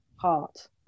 heart